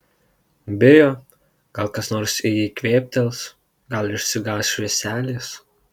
bijo gal kas nors į jį kvėptels gal išsigąs švieselės